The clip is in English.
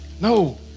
No